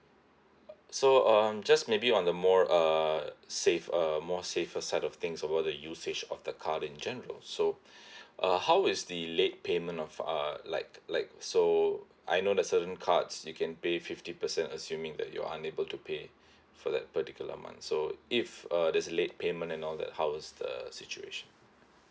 so um just maybe on the more uh safe uh more safer side of things about the usage of the card in general so uh how is the late payment of uh like like so I know that certain cards you can pay fifty percent assuming that you're unable to pay for that particular month so if uh there is a late payment and all that how is the situation